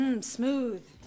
smooth